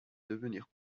devenir